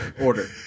order